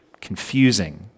confusing